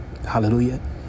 Hallelujah